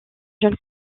jeunes